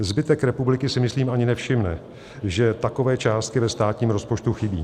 Zbytek republiky si myslím ani nevšimne, že takové částky ve státním rozpočtu chybí.